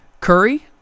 Curry